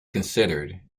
considered